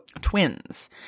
twins